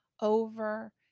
over